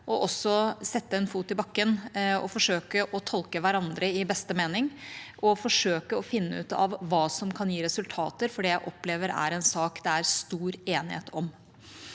– også å sette en fot i bakken og forsøke å tolke hverandre i beste mening og forsøke å finne ut av hva som kan gi resultater. For det jeg opplever, er en sak det er stor enighet om.